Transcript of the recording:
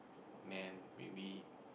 man maybe